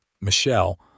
Michelle